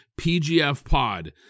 PGFPOD